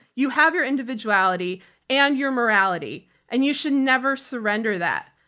you have your individuality and your morality and you should never surrender that.